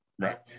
Right